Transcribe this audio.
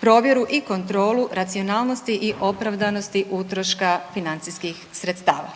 provjeru i kontrolu racionalnosti i opravdanosti utroška financijskih sredstava.